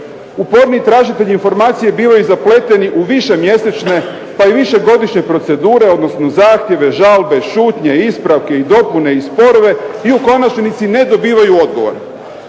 Uporniji tražitelj informacije bio je zapleten u višemjesečne pa i višegodišnje procedure, odnosno zahtjeve, žalbe, šutnje, ispravke i dopune i sporove i u konačnici ne dobivaju odgovor.